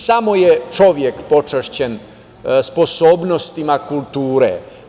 Samo je čovek počašćen sposobnostima kulture.